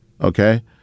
Okay